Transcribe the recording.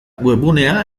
webgunea